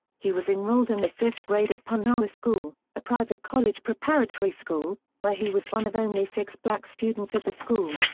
he was enrolled in the fifth grade at punahou school, a private college-preparatory college-preparatory school, where he was one of only six black students at the school.